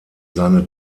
seine